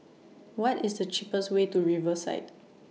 What IS The cheapest Way to Riverside